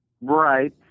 Right